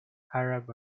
arab